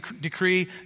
decree